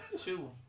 two